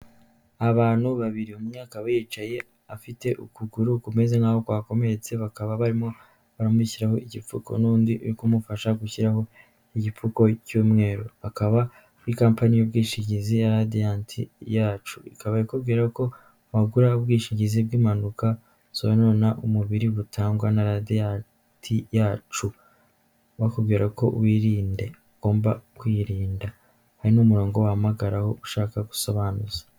Abantu babiri umwe akaba yicaye, afite ukuguru kumeze nk'a kwakomeretse bakaba barimo baramushyiraho igipfuko, n'undi uri kumufasha gushyiraho igipfugo cy'umweru akaba kuri companyi y'ubwishingizi ya radiyante yacu ikaba ikubwira ko wagura ubwishingizi bw'impanuka usobanunona umubiri butangwa na radiyanti yacu wakubwira ko wirinde ugomba kwirinda hari n'umurongo wahamagara aho ushaka gusobanuza.